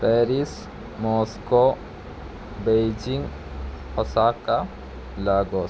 Paris Moscow Beijing Hasakah Lagos